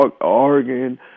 Oregon